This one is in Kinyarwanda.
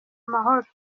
mahoro